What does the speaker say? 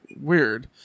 Weird